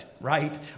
right